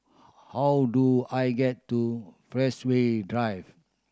how do I get to Drive